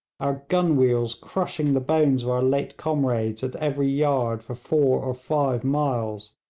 our gun wheels crushing the bones of our late comrades at every yard for four or five miles